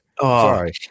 Sorry